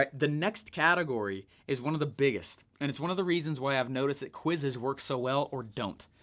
like the next category is one of the biggest. and it's one of the reasons why i've noticed that quizzes work so well, or don't.